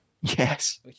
Yes